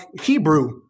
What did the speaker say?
Hebrew